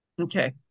Okay